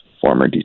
former